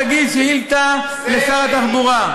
זה, תגיש שאילתה לשר התחבורה.